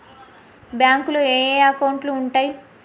బ్యాంకులో ఏయే అకౌంట్లు ఉంటయ్?